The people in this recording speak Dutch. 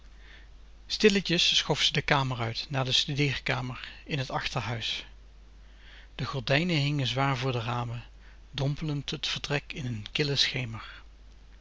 stilletjes schoof ze de kamer uit naar de studeerkamer in t achterhuis de gordijnen hingen zwaar voor de ramen dompelend het ver een killen